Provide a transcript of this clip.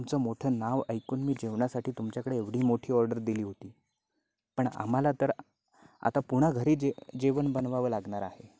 तुमचं मोठं नाव ऐकून मी जेवणासाठी तुमच्याकडे एवढी मोठी ऑर्डर दिली होती पण आम्हाला तर आता पुन्हा घरी जे जेवण बनवावं लागणार आहे